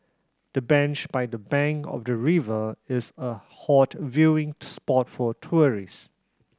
the bench by the bank of the river is a hot viewing spot for tourists